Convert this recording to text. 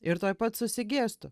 ir tuoj pat susigėstu